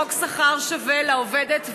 חוק שכר שווה לעובדת ולעובד,